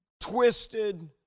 twisted